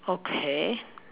okay